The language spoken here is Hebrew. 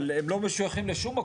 אבל הם לא משויכים לשום מקום.